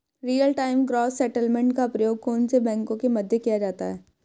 Real time gross settlement का प्रयोग कौन से बैंकों के मध्य किया जाता है?